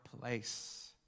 place